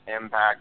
impact